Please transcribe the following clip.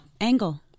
angle